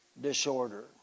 disorder